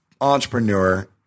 entrepreneur